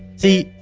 see,